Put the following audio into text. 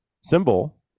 symbol